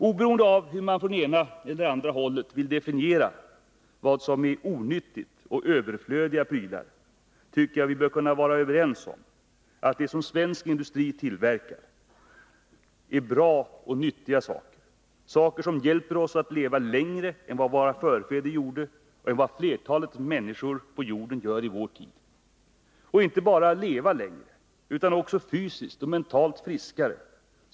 Oberoende av hur man från ena eller andra hållet vill definiera vad som är onyttiga och överflödiga prylar, tycker jag att vi bör kunna vara överens om att det som svensk industri tillverkar är bra och nyttiga saker — saker som hjälper oss att leva längre än våra förfäder gjorde och än flertalet människor på jorden gör i vår tid. Och de hjälper oss inte bara att leva längre, utan att leva fysiskt och mentalt friskare.